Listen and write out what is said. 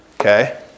Okay